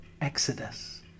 exodus